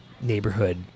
neighborhood